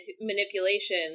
manipulation